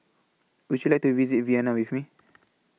Would YOU like to visit Vienna with Me